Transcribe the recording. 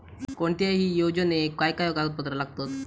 कोणत्याही योजनेक काय काय कागदपत्र लागतत?